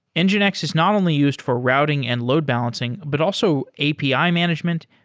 and nginx is not only used for routing and load-balancing, but also api ah management,